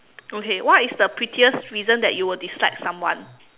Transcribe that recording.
okay what is the prettiest reason that you will dislike someone